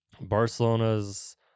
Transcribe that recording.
Barcelona's